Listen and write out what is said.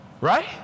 Right